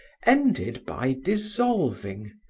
ended by dissolving,